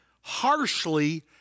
harshly